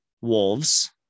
Wolves